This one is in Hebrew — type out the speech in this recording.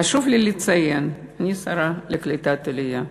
חשוב לי לציין, אני השרה לקליטת העלייה,